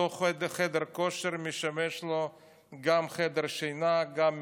אותו חדר כושר משמש לו גם חדר שינה, גם מטבח,